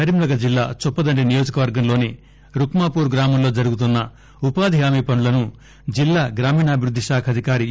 కరీంనగర్ జిల్లా చొప్పదండి నియోజక వర్గం లోని రుక్మాపూర్ గ్రామంలో జరుగుతున్న ఉపాది హామీ పనులను జిల్లా గ్రామీణాభి వృద్ది కాఖ అధికారి ఎ